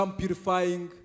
purifying